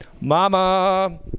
Mama